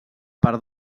per